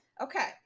Okay